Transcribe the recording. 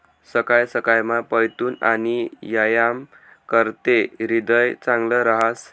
सकाय सकायमा पयनूत आणि यायाम कराते ह्रीदय चांगलं रहास